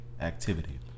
Activity